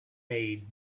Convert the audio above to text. made